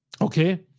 Okay